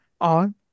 on